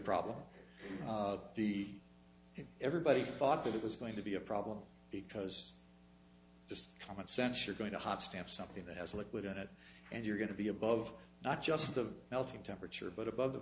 problem of the if everybody thought that it was going to be a problem because just common sense you're going to hot stamp something that has a liquid in it and you're going to be above not just the melting temperature but above the